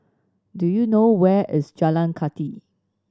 do you know where is Jalan Kathi